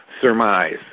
surmise